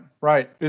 right